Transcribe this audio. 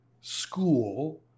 school